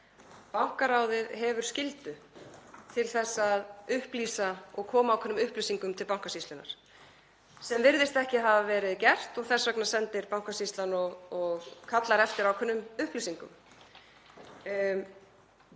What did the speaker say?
Bankaráðið hefur skyldu til að upplýsa og koma ákveðnum upplýsingum til Bankasýslunnar sem virðist ekki hafa verið gert og þess vegna kallar Bankasýslan eftir ákveðnum upplýsingum.